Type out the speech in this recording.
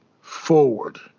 forward